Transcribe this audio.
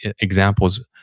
examples